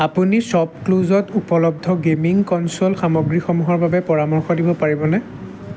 আপুনি শ্বপক্লুজত উপলব্ধ গে'মিং কনছ'ল সামগ্ৰীসমূহৰ বাবে পৰামৰ্শ দিব পাৰিবনে